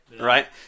right